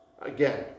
again